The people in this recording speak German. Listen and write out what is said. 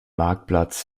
marktplatz